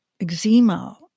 eczema